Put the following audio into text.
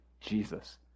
Jesus